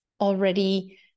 already